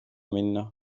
minna